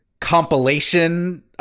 Compilation